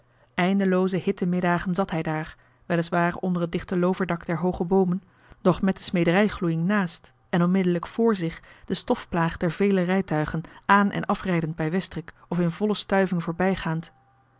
bijbel eindelooze hitte middagen zat hij daar weliswaar onder het dichte looverdak der hooge boomen doch met de smederij gloeiing naast en onmiddellijk vr zich de stofplaag der vele rijtuigen aan en afrijdend bij westrik of in volle stuiving voorbijgaand